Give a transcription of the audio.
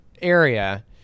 Area